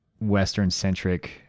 Western-centric